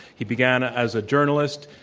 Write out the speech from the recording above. he began as a journalist.